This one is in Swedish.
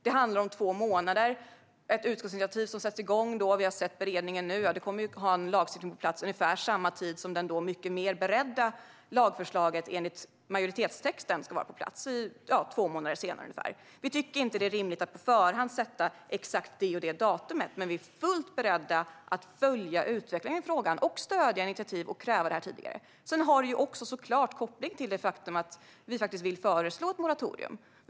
Det handlar om två månader. Ett utskottsinitiativ som sätts igång - vi har sett beredningen nu - kommer att innebära att en lagstiftning är på plats vid ungefär samma tid som det då mycket bättre beredda lagförslaget enligt majoritetstexten ska vara på plats, ungefär två månader senare. Vi tycker inte att det är rimligt att på förhand sätta upp ett exakt datum. Men vi är fullt beredda att följa utvecklingen och stödja initiativ för att kräva det tidigare. Det är såklart också kopplat till att vi vill föreslå ett moratorium.